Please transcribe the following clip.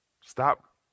Stop